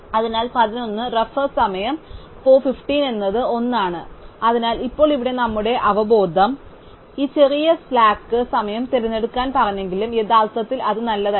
അതിനാൽ 11 എന്നത് 1 ആണ് അതിനാൽ ഇപ്പോൾ ഇവിടെ നമ്മുടെ അവബോധം ഈ ചെറിയ സ്ലാക്ക് സമയം തിരഞ്ഞെടുക്കാൻ പറഞ്ഞെങ്കിലും യഥാർത്ഥത്തിൽ അത് നല്ലതല്ല